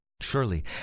Surely